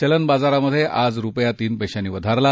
चलन बाजारात आज रुपया तीन पैशांनी वधारला